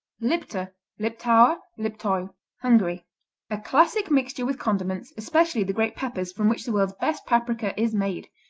lipta, liptauer, liptoiu hungary a classic mixture with condiments, especially the great peppers from which the world's best paprika is made.